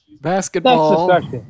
Basketball